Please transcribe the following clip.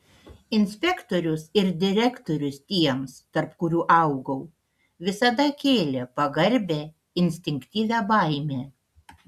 inspektorius ir direktorius tiems tarp kurių augau visada kėlė pagarbią instinktyvią baimę